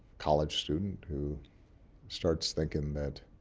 college student who starts thinking that